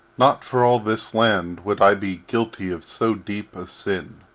not for all this land would i be guilty of so deep a sin.